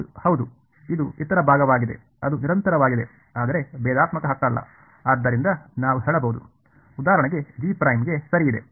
ಮತ್ತು ಹೌದು ಇದು ಇತರ ಭಾಗವಾಗಿದೆ ಅದು ನಿರಂತರವಾಗಿದೆ ಆದರೆ ಭೇದಾತ್ಮಕ ಹಕ್ಕಲ್ಲ ಆದ್ದರಿಂದ ನಾವು ಹೇಳಬಹುದು ಉದಾಹರಣೆಗೆ ಗೆ ಸರಿ ಇದೆ